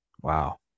Wow